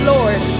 Lord